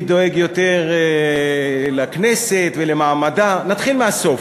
מי דואג יותר לכנסת ולמעמדה, נתחיל מהסוף.